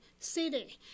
city